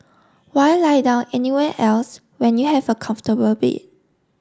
why lie down anywhere else when you have a comfortable bed